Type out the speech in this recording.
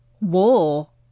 wool